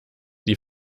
die